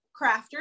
crafters